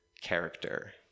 character